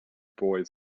boy